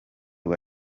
rwa